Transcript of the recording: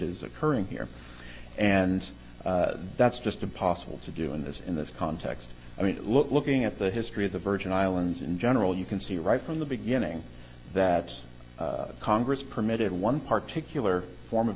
is occurring here and that's just impossible to do in this in this context i mean look looking at the history of the virgin islands in general you can see right from the beginning that congress permitted one particularly form of